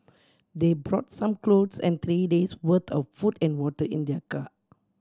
they brought some clothes and three days worth of food and water in their car